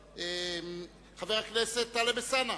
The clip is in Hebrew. חבר הכנסת טלב אלסאנע.